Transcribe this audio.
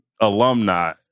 alumni